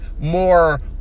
more